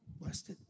blessed